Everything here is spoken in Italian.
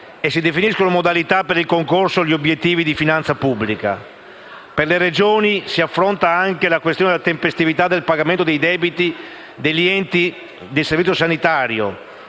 e si definiscono le modalità del loro concorso agli obiettivi di finanza pubblica. Per le Regioni sono state affrontate anche le questioni della tempestività dei pagamenti dei debiti degli enti del Servizio sanitario